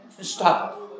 Stop